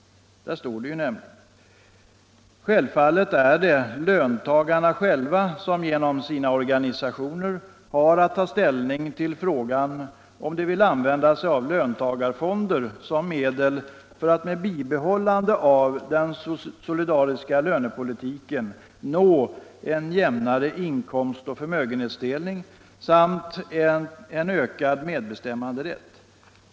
Där står det nämligen: ”Självfallet är det löntagarna själva som genom sina organisationer har att ta ställning till frågan om de vill använda sig av löntagarfonder som medel för att med bibehållande av den solidariska lönepolitiken nå en jämnare inkomstoch förmögenhetsfördelning samt en ökad medbestämmanderätt.